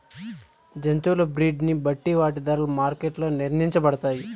జంతువుల బ్రీడ్ ని బట్టి వాటి ధరలు మార్కెట్ లో నిర్ణయించబడతాయి